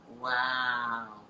Wow